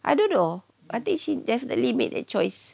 I don't know I think she definitely made a choice